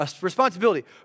Responsibility